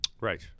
right